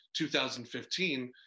2015